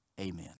Amen